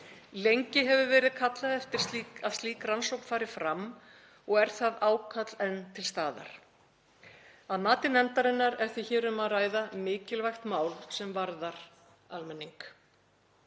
Lengi hefur verið kallað eftir að slík rannsókn fari fram og er það ákall enn til staðar. Að mati nefndarinnar er því hér um að ræða mikilvægt mál sem varðar almenning.